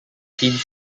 teams